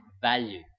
value